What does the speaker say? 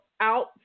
out